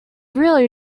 really